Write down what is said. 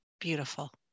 Beautiful